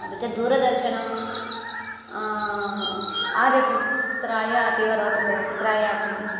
अपि च दूरदर्शनम् आर्यपुत्रायातीव रोचते पुत्राय अपि